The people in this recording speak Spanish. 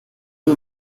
del